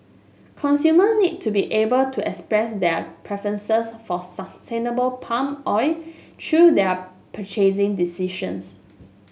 consumer need to be able to express their preferences for sustainable palm oil through their purchasing decisions